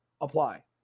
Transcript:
apply